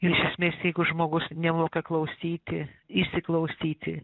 ir iš esmės jeigu žmogus nemoka klausyti įsiklausyti